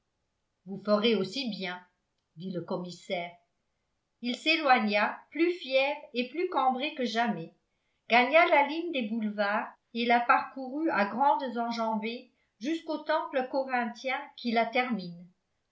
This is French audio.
vous ferez aussi bien dit le commissaire il s'éloigna plus fier et plus cambré que jamais gagna la ligne des boulevards et la parcourut à grandes enjambées jusqu'au temple corinthien qui la termine